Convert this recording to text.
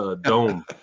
dome